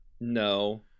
no